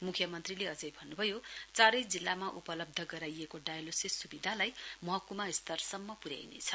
मुख्यमन्त्रीले अझै भन्नुभयो चारै जिल्लामा उपलब्ध गराइएको डायलोसिस सुविधालाई महकुमा स्तरसम्म पुर्याइनेछ